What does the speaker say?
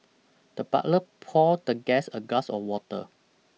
the butler poured the guest a glass of water